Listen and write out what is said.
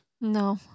No